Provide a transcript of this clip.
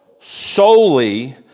solely